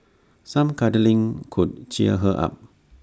some cuddling could cheer her up